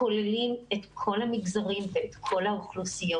כוללים את כל המגזרים ואת כל האוכלוסיות.